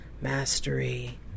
mastery